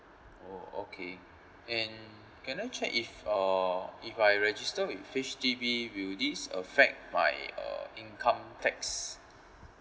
oh okay and can I check if uh if I register with H_D_B will this affect my uh income tax